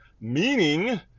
meaning